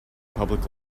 public